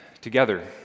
together